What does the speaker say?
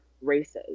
Races